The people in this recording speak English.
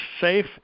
safe